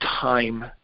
time